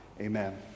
amen